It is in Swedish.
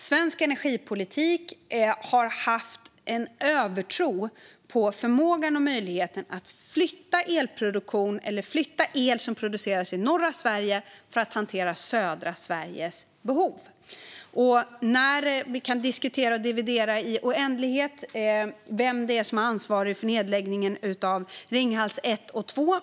Svensk energipolitik har haft en övertro på förmågan och möjligheten att flytta el som produceras i norra Sverige för att hantera södra Sveriges behov. Vi kan diskutera och dividera i oändlighet vem som är ansvarig för nedläggningen av Ringhals 1 och 2.